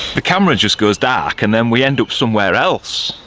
the camera just goes dark and then we end up somewhere else.